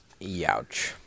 Youch